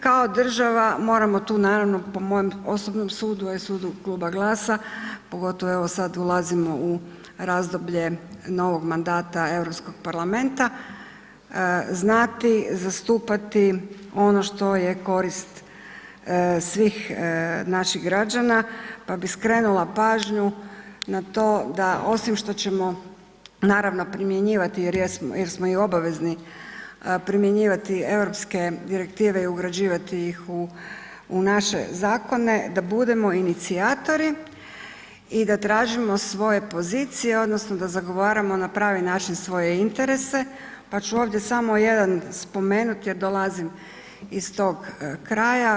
Kao država moramo tu naravno po mojem osobnom sudu a i sudu kluba GLAS-a pogotovo evo sad ulazimo u razdoblje novog mandata Europskog parlamenta, znati zastupati ono što je korist svih naših građana pa bi skrenula pažnju na to da osim što ćemo naravno primjenjivati jer smo i obavezni primjenjivati europske direktive i ugrađivati ih u naše zakone, da budemo inicijatori i da tražimo svoje pozicije odnosno da zagovaramo na pravi način svoje interese pa ću ovdje samo jedan spomenuti jer dolazim iz tog kraja.